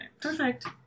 Perfect